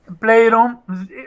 Playroom